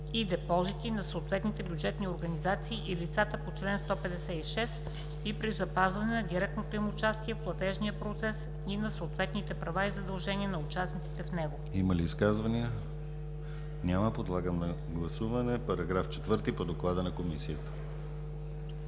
и депозити на съответните бюджетни организации и лицата по чл. 156 и при запазване на директното им участие в платежния процес и на съответните права и задължения на участниците в него.“ ПРЕДСЕДАТЕЛ ДИМИТЪР ГЛАВЧЕВ: Има ли изказвания? Няма. Подлагам на гласуване § 4 по доклада на Комисията.